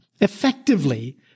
Effectively